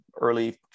early